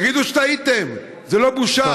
תגידו שטעיתם, זו לא בושה.